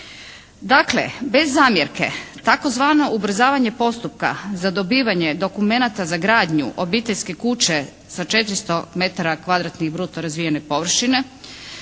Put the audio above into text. Dakle, bez zamjerke tzv. ubrzavanje postupka za dobivanje dokumenata za gradnju obiteljske kuće sa 400 metara kvadratnih bruto razvijene površine,